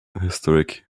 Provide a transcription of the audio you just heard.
historic